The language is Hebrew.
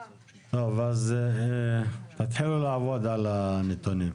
טוב, אז תתחילו לעבוד על הנתונים.